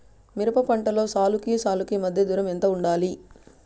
మిరప పంటలో సాలుకి సాలుకీ మధ్య దూరం ఎంత వుండాలి?